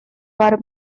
fore